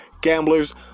Gamblers